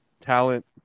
talent